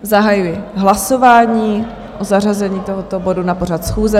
Zahajuji hlasování o zařazení tohoto bodu na pořad schůze.